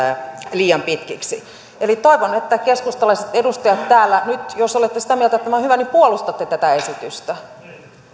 liian pitkiksi eli toivon keskustalaiset edustajat täällä että nyt jos olette sitä mieltä että tämä on hyvä niin puolustatte tätä esitystä